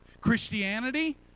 Christianity